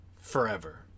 forever